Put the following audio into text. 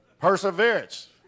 Perseverance